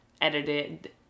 edited